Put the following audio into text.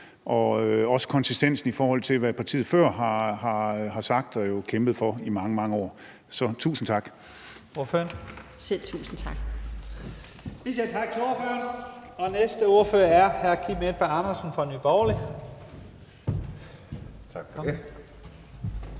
og også konsistensen, i forhold til hvad partiet før har sagt og kæmpet for i mange, mange år, så tusind tak